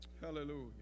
Hallelujah